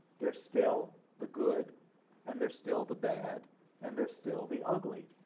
there's still the good and there's still the bad and there's still the ugly.